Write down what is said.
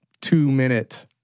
two-minute